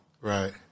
Right